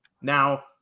Now